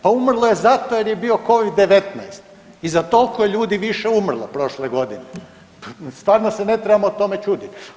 Pa umrlo je zato jer je bio Covid-19 i za toliko je ljudi više umrlo prošle godine, stvarno se ne trebamo tome čuditi.